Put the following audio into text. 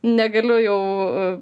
negaliu jau